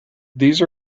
these